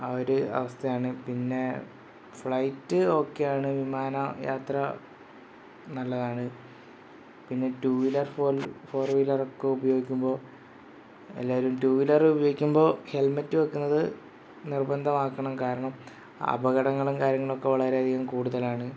ആ ഒരു അവസ്ഥയാണ് പിന്നെ ഫ്ലൈറ്റ് ഓക്കെയാണ് വിമാനയാത്ര നല്ലതാണ് പിന്നെ റ്റു വീലർറ് ഫോർ ഫോർ വീലറൊക്കെ ഉപയോഗിക്കുമ്പോൾ എല്ലാവരും റ്റു വീലറ്റ് ഉപയോഗിക്കുമ്പോൾ ഹെൽമറ്റ് വെക്കുന്നത് നിർബന്ധമാക്കണം കാരണം അപകടങ്ങളും കാര്യങ്ങളൊക്കെ വളരെ അധികം കൂടുതലാണ്